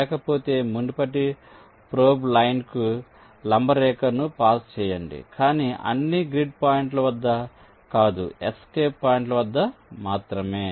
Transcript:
లేకపోతే మునుపటి ప్రోబ్ లైన్కు లంబ రేఖను పాస్ చేయండి కానీ అన్ని గ్రిడ్ పాయింట్ల వద్ద కాదు ఎస్కేప్ పాయింట్ల వద్ద మాత్రమే